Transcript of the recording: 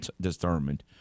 determined